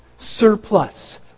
surplus